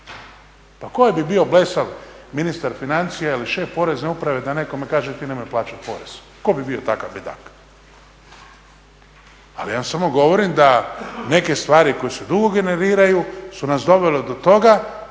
Pa koji bi bio blesav ministar financija ili šef Porezne uprave da nekome kaže ti nemoj plaćati porez. Tko bi bio takav bedak? Ali ja samo govorim da se neke stvari koje se dugo generiraju su nas dovele do toga